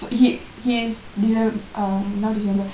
he he's dec~ not december